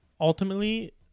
ultimately